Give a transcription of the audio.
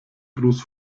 gruß